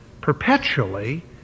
perpetually